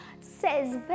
says